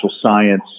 science